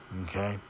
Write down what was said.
okay